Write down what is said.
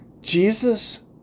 Jesus